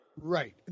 Right